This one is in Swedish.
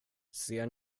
ser